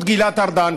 חיים, רגע.